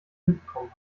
mitbekommen